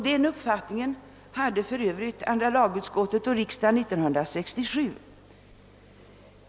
Den uppfattningen hade för övrigt andra lagutskottet och riksdagen 1967.